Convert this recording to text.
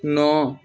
ନଅ